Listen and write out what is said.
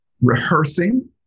rehearsing